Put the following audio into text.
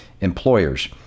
employers